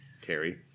Terry